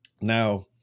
Now